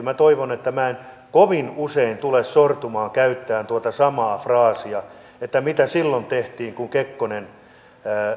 minä toivon että minä en kovin usein tule sortumaan käyttämään tuota samaa fraasia että mitä silloin tehtiin kun kekkonen oli presidentti